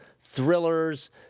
thrillers